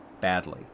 badly